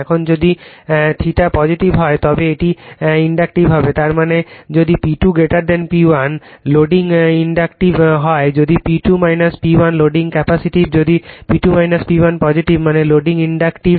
এখন যদি θ পজিটিভ হয় তবে এটি ইন্ডাক্টিভ হবে তার মানে যদি P2 P1 লোডিং ইন্ডাকটিভ হয় যদি P2 P1 লোডিং ক্যাপাসিটি যদি P2 P1 পজিটিভ মানে লোডিং ইন্ডাকটিভ